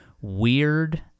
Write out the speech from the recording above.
weird